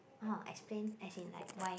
no explain as in like why